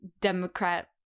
Democrat